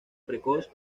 precoz